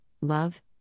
love